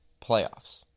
playoffs